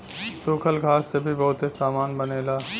सूखल घास से भी बहुते सामान बनेला